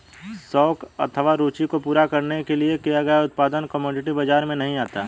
शौक अथवा रूचि को पूरा करने के लिए किया गया उत्पादन कमोडिटी बाजार में नहीं आता